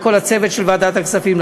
לכל הצוות של ועדת הכספים,